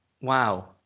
wow